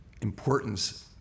importance